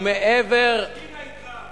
למה הממשלה לא הסכימה אתך?